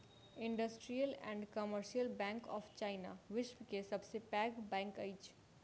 industrial and commercial bank of China, विश्व के सब सॅ पैघ बैंक अछि